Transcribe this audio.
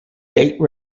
date